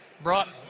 brought